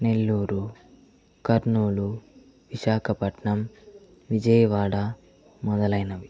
నెల్లూరు కర్నూలు విశాఖపట్నం విజయవాడ మొదలైనవి